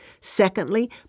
Secondly